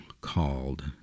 called